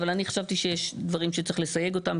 אבל אני חשבתי שיש דברים שצריך לסיג אותם,